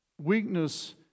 weakness